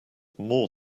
more